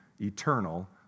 Eternal